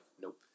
Nope